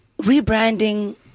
rebranding